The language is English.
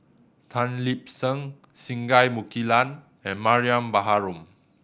Tan Lip Seng Singai Mukilan and Mariam Baharom